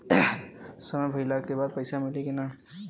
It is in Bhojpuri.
समय भइला के बाद पैसा मिली कि ना?